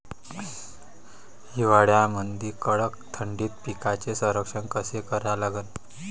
हिवाळ्यामंदी कडक थंडीत पिकाचे संरक्षण कसे करा लागन?